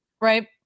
Right